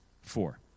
Four